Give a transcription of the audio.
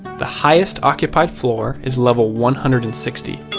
the highest occupied floor is level one hundred and sixty.